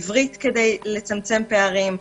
עברית כדי לצמצם פערים.